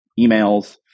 emails